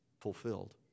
fulfilled